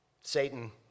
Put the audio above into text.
Satan